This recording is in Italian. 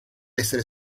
essere